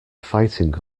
fighting